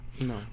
No